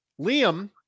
Liam